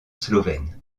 slovène